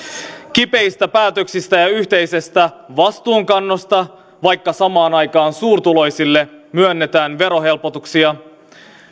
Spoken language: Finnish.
kipeistä päätöksistä ja ja yhteisestä vastuunkannosta vaikka samaan aikaan suurituloisille myönnetään verohelpotuksia